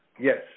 Yes